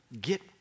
get